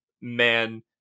man